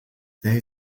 they